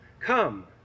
Come